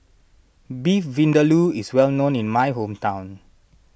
Beef Vindaloo is well known in my hometown